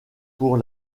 pour